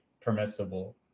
permissible